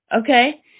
Okay